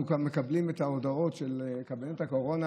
אנחנו מקבלים את ההודעות לגבי הקורונה,